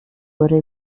wurde